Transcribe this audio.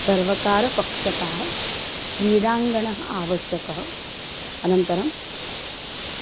सर्वकारपक्षतः क्रीडाङ्गणम् आवश्यकम् अनन्तरम्